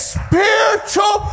spiritual